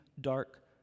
dark